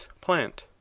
plant